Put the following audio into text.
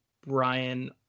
Brian